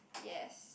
yes